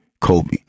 Kobe